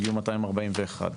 הגיעו 241,